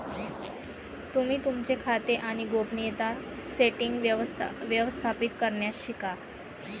तुम्ही तुमचे खाते आणि गोपनीयता सेटीन्ग्स व्यवस्थापित करण्यास शिका